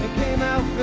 came out